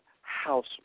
House